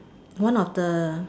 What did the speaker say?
one of the